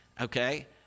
okay